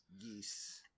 geese